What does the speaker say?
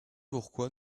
pourquoi